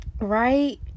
Right